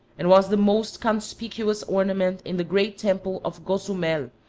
and was the most conspicuous ornament in the great temple of gozumel,